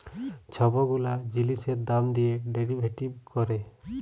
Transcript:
ছব গুলা জিলিসের দাম দিঁয়ে ডেরিভেটিভ ক্যরে